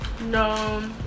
No